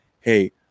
hey